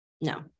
No